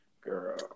girl